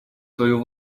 свою